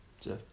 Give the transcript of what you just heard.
Jeff